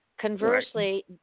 conversely